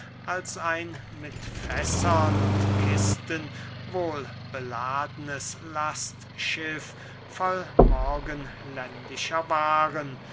als ein mit fässern und kisten wohl beladenes lastschiff voll morgenländischer waaren